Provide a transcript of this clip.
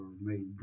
made